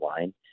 line